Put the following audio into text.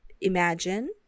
imagine